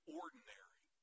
ordinary